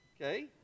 Okay